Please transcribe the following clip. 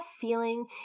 feeling